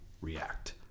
React